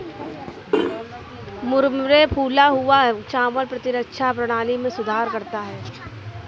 मुरमुरे फूला हुआ चावल प्रतिरक्षा प्रणाली में सुधार करता है